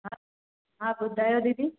हा हा ॿुधायो दीदी